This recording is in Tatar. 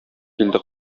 килде